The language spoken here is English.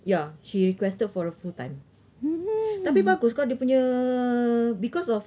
ya she requested for a full time tapi bagus kau dia punya because of